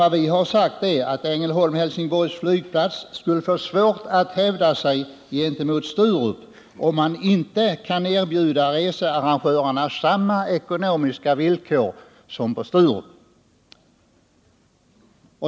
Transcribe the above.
Vad vi har sagt är att Ängelholm-Helsingborgs flygplats skulle få svårt att hävda sig gentemot Sturup, om man inte kan erbjuda researrangörerna samma ekonomiska villkor som de får på Sturup.